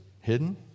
hidden